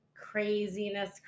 Craziness